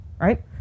right